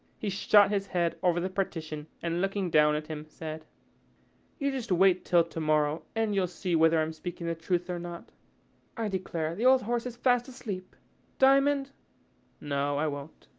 he shot his head over the partition and looking down at him said you just wait till to-morrow, and you'll see whether i'm speaking the truth or not i declare the old horse is fast asleep diamond no i won't.